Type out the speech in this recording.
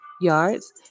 yards